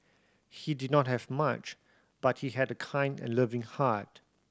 he did not have much but he had a kind and loving heart